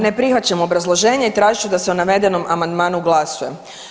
Ne prihvaćam obrazloženje, tražit ću da se o navedenom amandmanu glasuje.